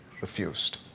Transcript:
refused